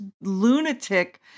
lunatic